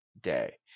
day